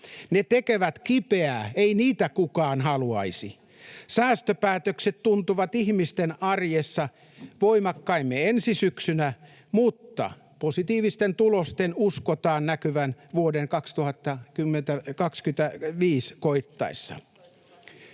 Ne tekevät kipeää. Ei niitä kukaan haluaisi. Säästöpäätökset tuntuvat ihmisten arjessa voimakkaimmin ensi syksynä, mutta positiivisten tulosten uskotaan näkyvän vuoden 2025 koittaessa.